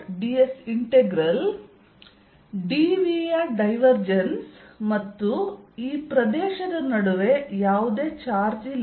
ds integral dv ಯ divergence ಮತ್ತು ಈ ಪ್ರದೇಶದ ನಡುವೆ ಯಾವುದೇ ಚಾರ್ಜ್ ಇಲ್ಲ